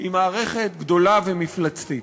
היא מערכת גדולה ומפלצתית.